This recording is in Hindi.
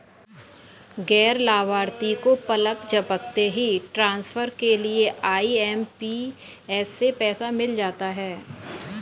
गैर लाभार्थी को पलक झपकते ही ट्रांसफर के लिए आई.एम.पी.एस से पैसा मिल जाता है